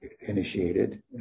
initiated